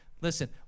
Listen